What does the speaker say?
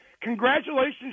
Congratulations